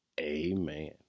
amen